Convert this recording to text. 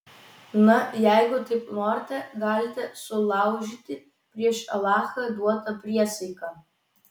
na jeigu taip norite galite sulaužyti prieš alachą duotą priesaiką